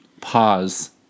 pause